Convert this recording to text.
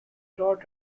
taught